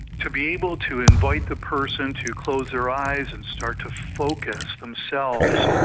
to be able to invite the person to close their eyes and start to focus themselves,